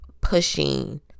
pushing